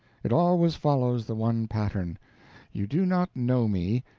it always follows the one pattern you do not know me,